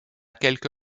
quelque